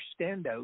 standout